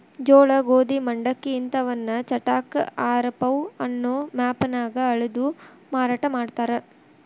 ಜೋಳ, ಗೋಧಿ, ಮಂಡಕ್ಕಿ ಇಂತವನ್ನ ಚಟಾಕ, ಆರಪೌ ಅನ್ನೋ ಮಾಪನ್ಯಾಗ ಅಳದು ಮಾರಾಟ ಮಾಡ್ತಾರ